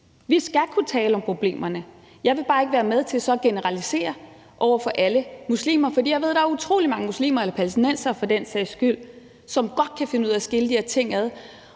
Vi skal kunne tale om problemerne. Jeg vil bare ikke være med til at generalisere over for alle muslimer, for jeg ved, at der er utrolig mange muslimer, eller palæstinensere for den sags skyld, som godt kan finde ud af at skille de her ting ad,